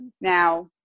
Now